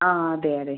ആ അതെ അതെ